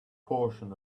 portion